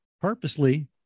purposely